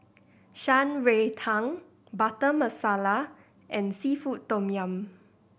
Shan Rui Tang Butter Masala and seafood tom yum